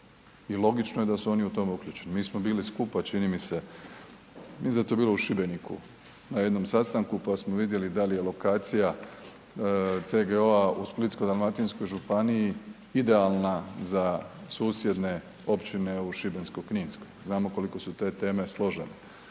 i logično je da su oni u tome uključeni, mi smo bili skupa čini mi se, mislim da je to bilo u Šibeniku na jednom sastanku, pa smo vidjeli dal je lokacija CGO-a u Splitsko-dalmatinskoj županiji idealna za susjedne općine u Šibensko-kninskoj, znamo koliko su te teme složene,